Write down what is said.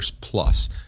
plus